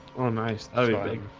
oh nice other thing.